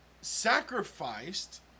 sacrificed